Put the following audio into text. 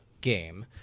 game